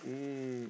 mm